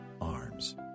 arms